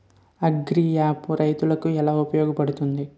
Agri app రైతులకి ఏలా ఉపయోగ పడుతుంది?